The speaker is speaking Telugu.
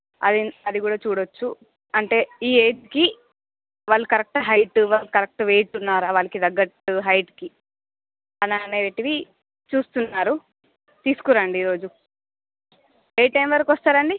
అది అది కూడా చూడచ్చు అంటే ఈ ఏజ్కి వాళ్ళు కరెక్ట్ హైట్ వాళ్ళు కరెక్ట్ వెయిట్ ఉన్నారా వాళ్ళకి తగ్గట్టు హైట్కి అలా అనేటివి చూస్తున్నారు తీసుకురండి ఈరోజు ఏ టైం వరకు వస్తారండి